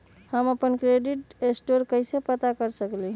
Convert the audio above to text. हम अपन credit score कैसे पता कर सकेली?